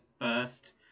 first